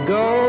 go